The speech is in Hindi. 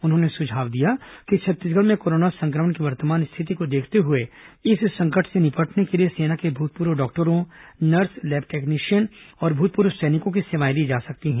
उन्होंने सुझाव दिया कि छत्तीसगढ़ में कोरोना संक्रमण के वर्तमान स्थिति को देखते हुए इस संकट से निपटने के लिए सेना के भूतपूर्व चिकित्सकों नर्स लैब टेक्नीशियन और भूतपूर्व सैनिकों की सेवाएं ली जा सकती हैं